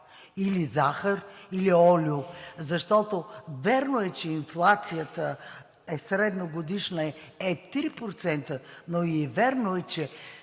или захар, или олио. Защото, вярно е, че инфлацията средногодишно е 3%, но и вярно е, че